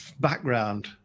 background